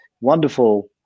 wonderful